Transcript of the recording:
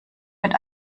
mit